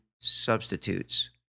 substitutes